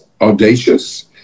audacious